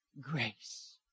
grace